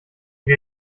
wir